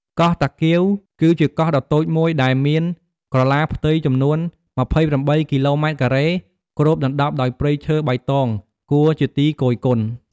កោះតាគៀវ គឺជាកោះដ៏តូចមួយដែលមានក្រឡាផ្ទៃចំនួន ២៨ គីឡូម៉ែត្រការ៉េ គ្របដណ្ដប់ដោយព្រៃឈើបៃតងគួរជាទីគយគន់ ។